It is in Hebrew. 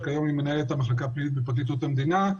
שכיום היא מנהלת המחלקה הפלילית בפרקליטות המדינה,